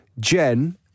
Jen